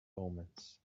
omens